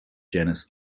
genus